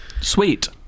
Sweet